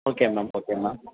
okay ma'am okay ma'am